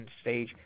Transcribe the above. stage